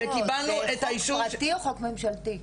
לא, זה חוק פרטי, או חוק ממשלתי?